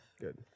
Good